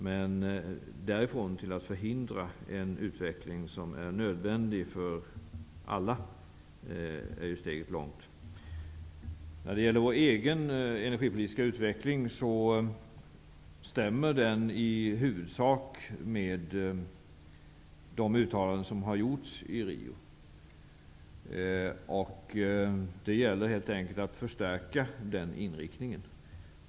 Men därifrån och fram till ett förhindrande av en utveckling som är nödvändig för alla är steget långt. Vår egen energipolitiska utveckling stämmer i huvudsak överens med de uttalanden som har gjorts i Rio. Det gäller helt enkelt att förstärka den inriktningen.